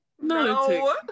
No